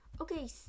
okay